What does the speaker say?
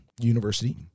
university